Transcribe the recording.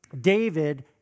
David